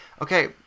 Okay